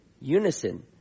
unison